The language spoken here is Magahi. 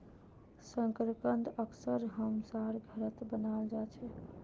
शकरकंद अक्सर हमसार घरत बनाल जा छे